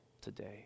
today